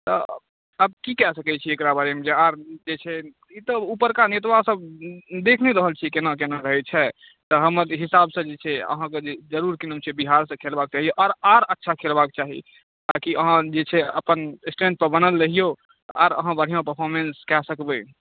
तऽ आब की कए सकैत छियै एकरा बारेमे जे आब जे छै ई तऽ ऊपरका नेतवा सब देखि नहि रहल छियै केना केना रहैत छै तऽ हमर हिसाबसँ जे छै अहाँकेँ जे जरूर की नाम छै बिहारसँ खेलबाके चाही आर अच्छा खेलबाक चाही ताकि अहाँ जे छै अपन स्टैण्ड पर बनल रहियौ आर अहाँ बढ़िआँ परफॉर्मेन्स कए सकबै